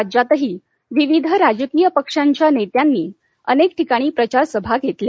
राज्यातही विविध राजकीय पक्षांच्या नेत्यांनी अनेक ठिकाणी प्रचार सभा घेतल्या